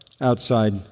outside